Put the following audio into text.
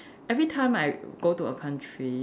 every time I go to a country